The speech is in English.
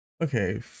Okay